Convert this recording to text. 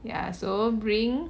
ya so bring